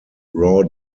raw